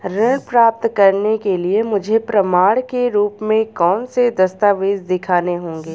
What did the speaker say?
ऋण प्राप्त करने के लिए मुझे प्रमाण के रूप में कौन से दस्तावेज़ दिखाने होंगे?